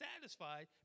satisfied